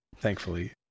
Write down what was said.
Thankfully